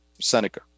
Seneca